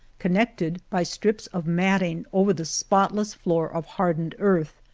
connected by strips of matting over the spotless floor of hard ened earth,